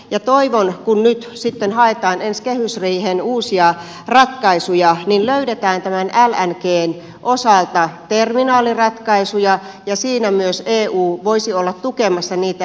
toivon että kun nyt sitten haetaan ensi kehysriiheen uusia ratkaisuja niin löydetään tämän lngn osalta terminaaliratkaisuja ja siinä myös eu voisi olla tukemassa niitä